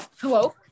Hello